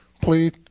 please